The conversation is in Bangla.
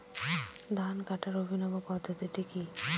ধান কাটার অভিনব নতুন পদ্ধতিটি কি?